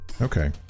Okay